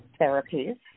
therapies